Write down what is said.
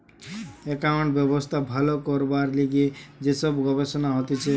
accounting ব্যবস্থা ভালো করবার লিগে যে সব গবেষণা হতিছে